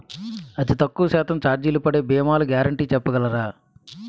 అతి తక్కువ శాతం ఛార్జీలు పడే భీమాలు గ్యారంటీ చెప్పగలరా?